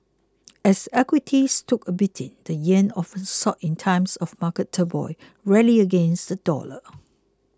as equities took a beating the yen often sought in times of market turmoil rallied against the dollar